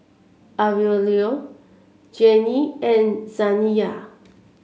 Aurelio Jennie and Zaniyah